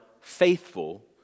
faithful